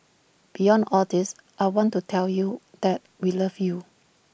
beyond all this I want to tell you that we love you